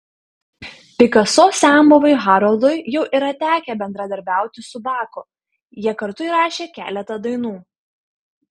pikaso senbuviui haroldui jau yra tekę bendradarbiauti su baku jie kartu įrašė keletą dainų